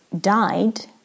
died